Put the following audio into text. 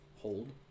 hold